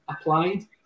applied